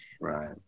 Right